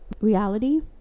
reality